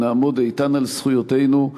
שנעמוד איתן על זכויותינו.